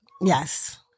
Yes